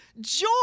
Joy